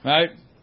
Right